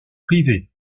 privé